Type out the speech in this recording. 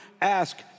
ask